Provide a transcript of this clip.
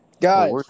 Guys